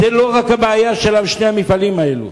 הבעיה היא לא רק של שני המפעלים האלה,